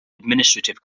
administrative